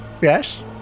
Yes